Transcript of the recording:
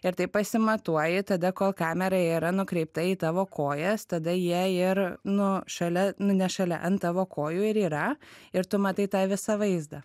ir taip pasimatuoji tada kol kamera yra nukreipta į tavo kojas tada jie ir nu šalia nu ne šalia ant tavo kojų ir yra ir tu matai tą visą vaizdą